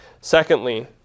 secondly